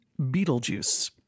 Beetlejuice